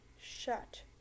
shut